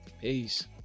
Peace